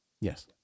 Yes